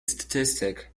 statistic